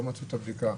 לא מצאו את הבדיקה.